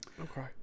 Okay